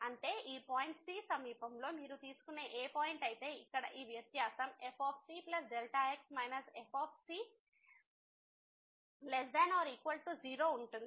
అంటే ఈ point c సమీపంలో మీరు తీసుకునే ఏ పాయింట్ అయితే ఇక్కడ ఈ వ్యత్యాసం fcx fc≤0 ఉంటుంది